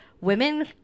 women